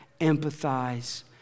empathize